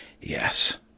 Yes